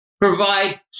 provide